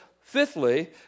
fifthly